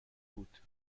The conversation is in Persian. بود